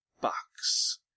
box